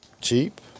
cheap